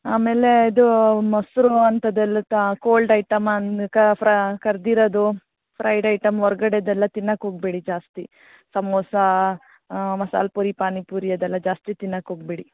ಆಮೇಲೆ ಇದು ಮೊಸರು ಅಂತದ್ದೆಲ್ಲಾ ತಾ ಕೋಲ್ಡ್ ಐಟಮ್ ಅನ್ನ ಕರ್ದಿರೋದು ಫ್ರೈಡ್ ಐಟಮ್ ಹೊರ್ಗಡೆದ್ ಎಲ್ಲಾ ತಿನ್ನಾಕೆ ಹೋಗ್ಬೆಡಿ ಜಾಸ್ತಿ ಸಮೋಸಾ ಮಸಾಲ್ ಪೂರಿ ಪಾನಿ ಪೂರಿ ಅದೆಲ್ಲಾ ಜಾಸ್ತಿ ತಿನ್ನಾಕೆ ಹೋಗ್ಬೇಡಿ